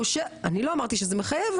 אני לא אמרתי שזה מחייב,